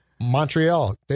Montreal